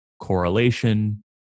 correlation